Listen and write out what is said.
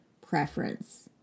preference